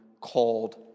called